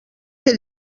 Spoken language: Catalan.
que